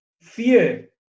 fear